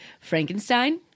Frankenstein